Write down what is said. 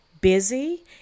busy